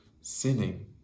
sinning